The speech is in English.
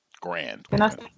Grand